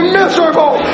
miserable